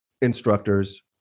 instructors